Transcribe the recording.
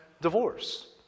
divorce